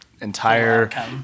entire